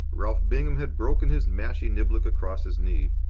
ralph bingham had broken his mashie-niblick across his knee.